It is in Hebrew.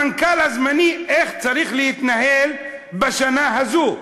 המנכ"ל הזמני, איך הוא צריך להתנהל בשנה הזאת?